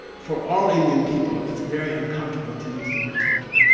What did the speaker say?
for all indian people it's very uncomfortable to use the word tantra,